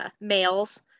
males